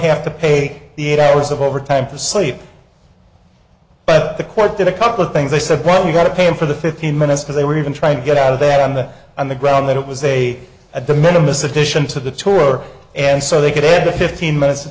have to pay the eight hours of overtime to sleep the court did a couple of things they said well you gotta pay him for the fifteen minutes because they were even trying to get out of there on the on the ground that it was a at the minimum sufficient of the tour and so they could have the fifteen minutes to